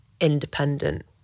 independent